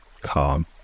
calm